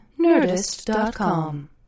Nerdist.com